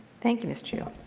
thank you, ms. chu.